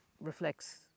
reflects